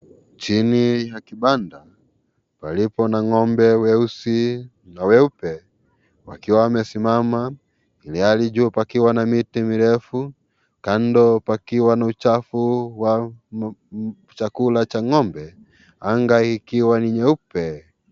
Chini ya kibanda palipo na ng'ombe weusi na weupe wakiwa wamesimama ilhali juu pakiwa na miti mirefu. Kando pakiwa na uchafu wa chakula cha ng'ombe . Anga ikiwa ni nyeupe.